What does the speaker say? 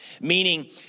Meaning